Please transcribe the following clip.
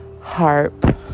harp